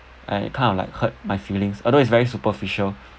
uh it kind of like hurt my feelings although it's very superficial